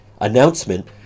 announcement